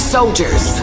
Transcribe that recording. Soldiers